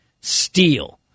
steal